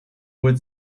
wood